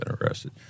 arrested